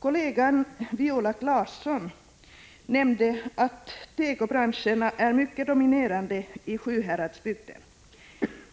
Kollegan Viola Claesson nämnde att tekobranschen är mycket dominerande i Sjuhäradsbygden;